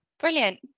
brilliant